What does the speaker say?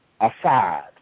aside